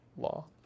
law